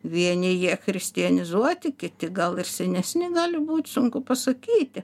vieni jie christianizuoti kiti gal ir senesni gali būt sunku pasakyti